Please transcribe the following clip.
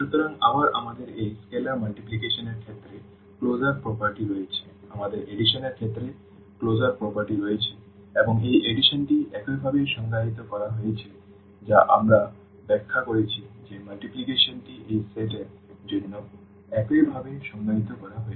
সুতরাং আবার আমাদের এই স্কেলার মাল্টিপ্লিকেশন এর ক্ষেত্রে ক্লোজার প্রপার্টি রয়েছে আমাদের সংযোজন এর ক্ষেত্রে ক্লোজার প্রপার্টি রয়েছে এবং এই সংযোজনটি এইভাবে সংজ্ঞায়িত করা হয়েছে যা আমরা ব্যাখ্যা করেছি যে গুণটি এই সেট এর জন্য এইভাবে সংজ্ঞায়িত করা হয়েছে